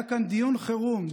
היה כאן דיון חירום,